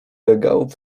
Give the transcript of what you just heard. regałów